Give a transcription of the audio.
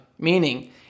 Meaning